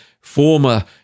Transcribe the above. former